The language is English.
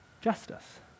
Justice